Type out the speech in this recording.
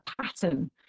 pattern